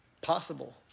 possible